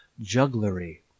jugglery